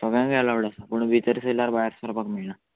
सगळ्यांक एलावड आसा पूण भितर सेल्यार भायर सरपाक मेळना